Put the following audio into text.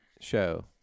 show